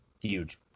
huge